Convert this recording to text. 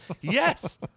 yes